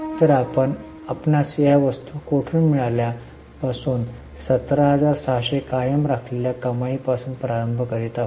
तर आपण आपणास या वस्तू कोठून मिळाल्या पासून 17600 कायम राखलेल्या कमाई पासून प्रारंभ करीत आहोत